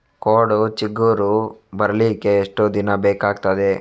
ಕೋಡು ಚಿಗುರು ಬರ್ಲಿಕ್ಕೆ ಎಷ್ಟು ದಿನ ಬೇಕಗ್ತಾದೆ?